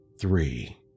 three